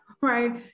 right